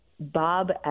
Bob